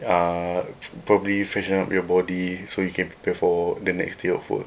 uh probably freshen up your body so you can prepare for the next day of work